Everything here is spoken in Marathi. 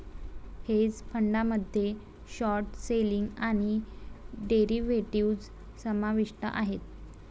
हेज फंडामध्ये शॉर्ट सेलिंग आणि डेरिव्हेटिव्ह्ज समाविष्ट आहेत